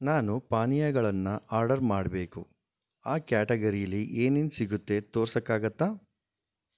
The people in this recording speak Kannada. ನಾನು ಪಾನೀಯಗಳನ್ನು ಆರ್ಡರ್ ಮಾಡ್ಬೇಕು ಆ ಕ್ಯಾಟಗರೀಲಿ ಏನೇನು ಸಿಗತ್ತೆ ತೋರ್ಸೋಕ್ಕಾಗತ್ತಾ